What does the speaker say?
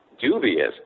dubious